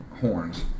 horns